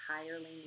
entirely